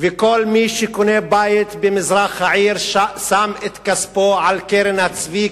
וכל מי שקונה בית במזרח העיר שם את כספו על קרן הצבי,